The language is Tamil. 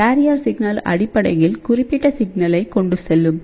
கேரியர் சிக்னல் அடிப்படையில் குறிப்பிட்ட சிக்னலை கொண்டுசெல்லும்